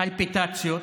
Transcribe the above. פלפיטציות,